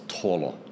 taller